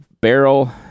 barrel